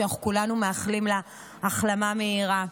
שכולנו מאחלים לה החלמה מהירה.